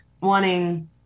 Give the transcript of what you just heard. wanting